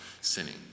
sinning